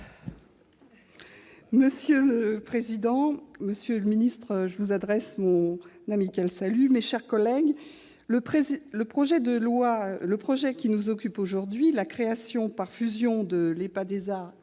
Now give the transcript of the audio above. Monsieur le président, monsieur le ministre- je vous adresse mon amical salut-, mes chers collègues, le projet de loi qui nous occupe aujourd'hui, qui vise à la création, par fusion de l'EPADESA et de